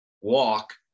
walk